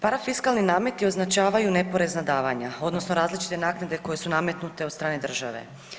Parafiskalni nameti označavaju neporezna davanja odnosno različite naknade koje su nametnute od strane države.